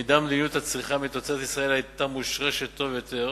אם מדיניות הצריכה מתוצרת ישראל היתה מושרשת טוב יותר,